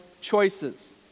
choices